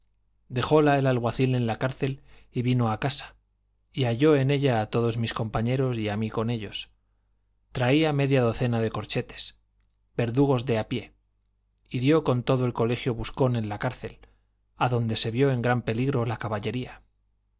rapiña dejóla el alguacil en la cárcel y vino a casa y halló en ella a todos mis compañeros y a mí con ellos traía media docena de corchetes verdugos de a pie y dio con todo el colegio buscón en la cárcel adonde se vio en gran peligro la caballería